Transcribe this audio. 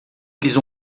lhes